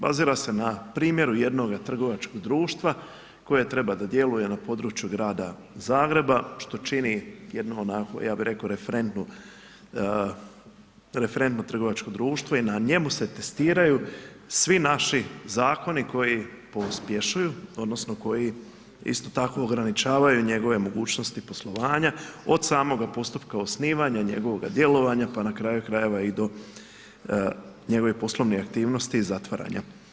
Bazira se na primjeru jednoga trgovačkog društva koje treba da djeluje na području grada Zagreba što čini jednu onako, ja bih rekao referentnu, referentno trgovačko društvo i na njemu se testiraju svi naši zakoni koji pospješuju, odnosno koji isto tako ograničavaju njegove mogućnosti poslovanja od samoga postupka osnivanja njegovog djelovanja pa na kraju krajeva i do njegovih poslovnih aktivnosti i zatvaranja.